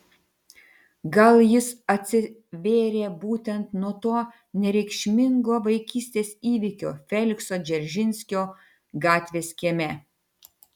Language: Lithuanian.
gal jis atsivėrė būtent nuo to nereikšmingo vaikystės įvykio felikso dzeržinskio gatvės kieme